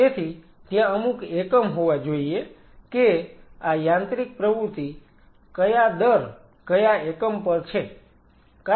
તેથી ત્યાં અમુક એકમ હોવા જોઈએ કે આ યાંત્રિક પ્રવૃત્તિ ક્યાં દર ક્યાં એકમ પર છે